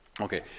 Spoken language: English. Okay